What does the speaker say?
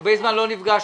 הרבה זמן לא נפגשנו.